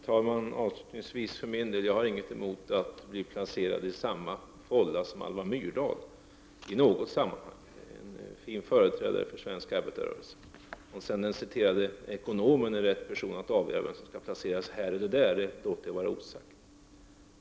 Herr talman! Jag har ingenting emot att bli placerad i samma fålla som Alva Myrdal, inte i något sammanhang. Hon var en fin företrädare för svensk arbetarrörelse. Om den citerade ekonomen är rätt person att avgöra vem som skall placeras här eller där, låter jag vara osagt.